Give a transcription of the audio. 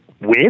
win